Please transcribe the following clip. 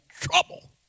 trouble